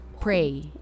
Pray